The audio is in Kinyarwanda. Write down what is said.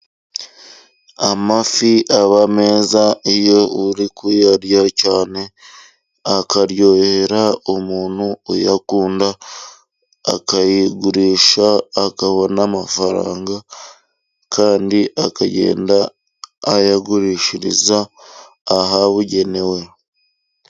Amafi aba meza iyo uri kuyarya cyane, akaryohera umuntu uyakunda akayagurisha, akabona amafaranga kandi akagenda ayagurishiriza ahabugenewe.